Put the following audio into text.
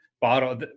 bottle